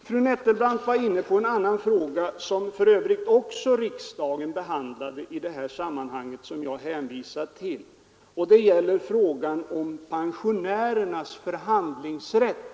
Fru Nettelbrandt var inne på en annan fråga, som för övrigt riksdagen också behandlade samtidigt med de motioner jag nyss hänvisade till, nämligen frågan om pensionärernas förhandlingsrätt.